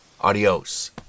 adios